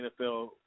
NFL